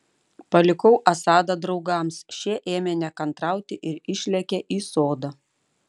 palikau asadą draugams šie ėmė nekantrauti ir išlėkė į sodą